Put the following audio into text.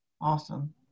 awesome